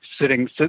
sitting